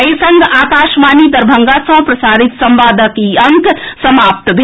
एहि संग आकाशवाणी दरभंगा सँ प्रसारित संवादक ई अंक समाप्त भेल